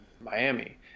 Miami